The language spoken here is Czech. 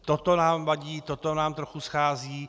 Toto nám vadí, toto nám trochu schází.